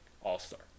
all-star